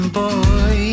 boy